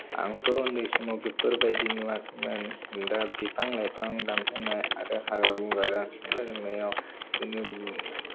आंथ' उन्दै समाव बेफोरबायदि नुवाखैमोन दा बिफां लाइफां दानफायनाय आरो हाग्रा बंग्रा जोबस्रांलाजोबनायाव जोंनि